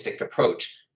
approach